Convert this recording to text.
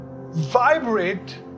vibrate